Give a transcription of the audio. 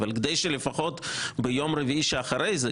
אבל כדי שלפחות ביום רביעי שאחרי זה,